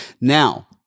Now